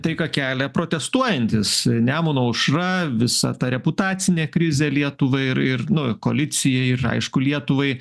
tai ką kelia protestuojantys nemuno aušra visa ta reputacinė krizė lietuvai ir ir nu koalicijai ir aišku lietuvai